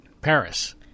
Paris